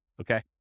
Okay